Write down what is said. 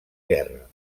guerra